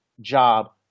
job